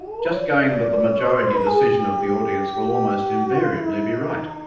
just going with the majority decision of the audience will almost invariably be right.